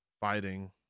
fighting